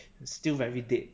still very dead